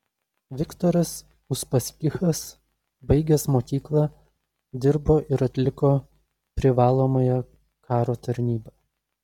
viktoras uspaskichas baigęs mokyklą dirbo ir atliko privalomąją karo tarnybą